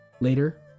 later